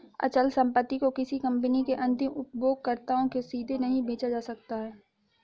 अचल संपत्ति को किसी कंपनी के अंतिम उपयोगकर्ताओं को सीधे नहीं बेचा जा सकता है